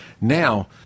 now